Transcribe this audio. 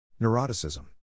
Neuroticism